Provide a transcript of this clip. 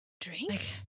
Drink